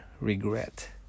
regret